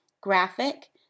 graphic